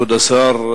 כבוד השר,